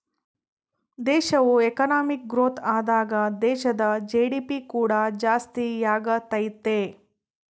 ದೇಶವು economic growth ಆದಾಗ ದೇಶದ ಜಿ.ಡಿ.ಪಿ ಕೂಡ ಜಾಸ್ತಿಯಾಗತೈತೆ